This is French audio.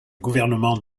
gouvernement